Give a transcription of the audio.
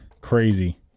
crazy